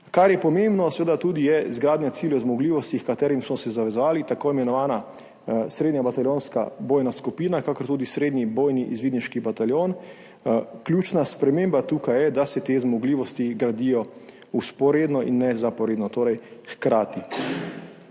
Kar je pomembno, je seveda tudi izgradnja ciljev zmogljivosti, h katerim smo se zavezali, tako imenovana srednja bataljonska bojna skupina, kakor tudi srednji bojni izvidniški bataljon. Ključna sprememba tukaj je, da se te zmogljivosti gradijo vzporedno in ne zaporedno, torej hkrati.